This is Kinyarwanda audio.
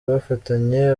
bafatanye